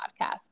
podcast